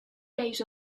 days